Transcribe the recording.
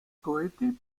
cohete